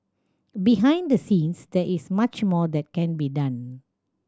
behind the scenes there is much more that can be done